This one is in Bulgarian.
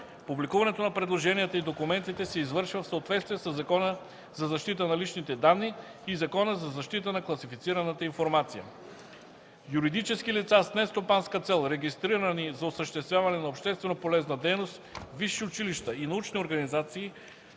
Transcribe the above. Публикуването на предложенията и документите се извършва в съответствие със Закона за защита на личните данни и Закона за защита на класифицираната информация. Юридически лица с нестопанска цел, регистрирани за осъществяване на общественополезна дейност, висши училища и научни организации